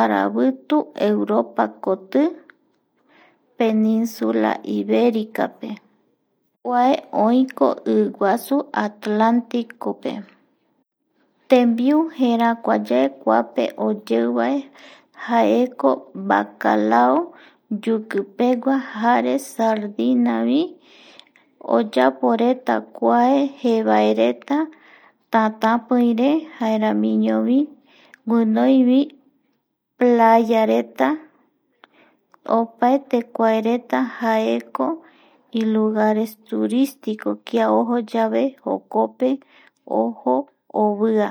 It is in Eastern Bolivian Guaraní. aravitu europa koti penisula ibericape kua oiko iguasu atlanticope, tembiu jerakuayae oyeuvae jaeko bacalao yukipegua jare sardinavi oyaporeta kuae jevaereta tatapiire jaeramiñovi guinoi playareta opaete kuaereta jaeko i lugares turistico kia ojo yave jokope ojo ovia